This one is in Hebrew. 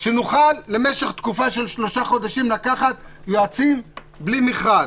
שנוכל למשך תקופה של שלושה חודשים לקחת יועצים בלי מכרז.